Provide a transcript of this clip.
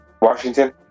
Washington